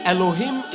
Elohim